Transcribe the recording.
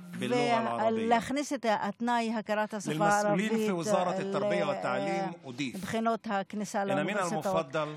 ולהכניס את תנאי הכרת השפה הערבית לבחינות הכניסה לאוניברסיטאות.